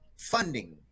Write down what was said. funding